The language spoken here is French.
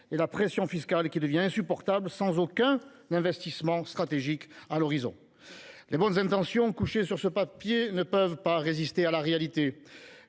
et la pression fiscale qui devient insupportable, sans aucun investissement stratégique à l’horizon ! Les bonnes intentions couchées sur ce papier ne peuvent résister à la réalité.